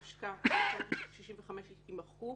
התשכ"ה-1965" יימחקו,